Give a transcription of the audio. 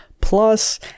plus